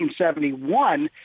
1971